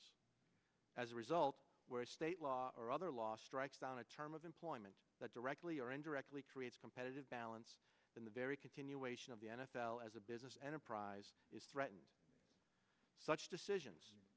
rs as a result whereas state law or other law strikes down a term of employment that directly or indirectly creates a competitive balance in the very continuation of the n f l as a business enterprise is threatened such decisions